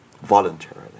voluntarily